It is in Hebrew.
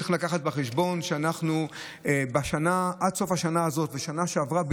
צריך להביא בחשבון שעד סוף השנה הזאת ובשנה שעברה,